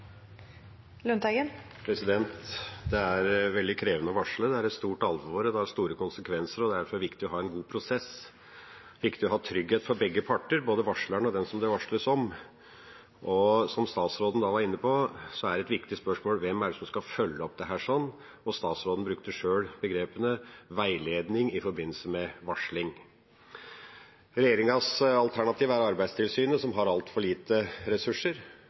det har store konsekvenser, og det er derfor viktig å ha en god prosess. Det er viktig å ha trygghet for begge parter, både for varsleren og for den det varsles om. Som statsråden var inne på, er det et viktig spørsmål hvem som skal følge opp dette, statsråden brukte sjøl ordene «veiledning i en varslingsprosess». Regjeringas alternativ er Arbeidstilsynet, som har altfor lite ressurser.